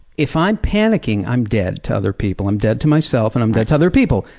if i'm panicking, i'm dead to other people. i'm dead to myself and i'm dead to other people.